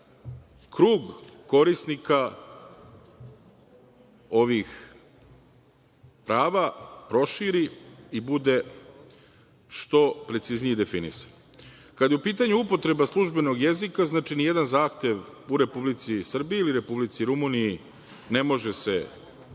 krug korisnika ovih prava proširi i bude što preciznije definisan. Kada je u pitanju upotreba službenog jezika, nijedan zahtev u Republici Srbiji i u Republici Rumuniji ne može se odbiti